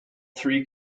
three